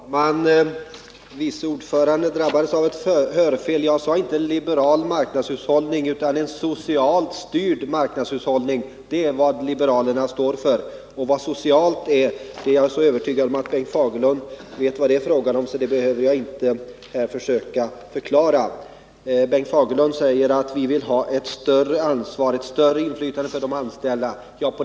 Herr talman! Utskottets vice ordförande drabbades av ett hörfel. Jag sade inte liberal marknadshushållning, utan en socialt styrd marknadshushållning. Det är vad liberalerna står för. Vad ordet socialt betyder tror jag inte jag behöver förklara för Bengt Fagerlund. Bengt Fagerlund talar om att socialdemokratin vill få till stånd ett större inflytande för de anställda.